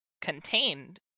contained